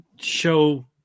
show